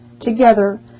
together